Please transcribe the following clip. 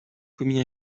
commis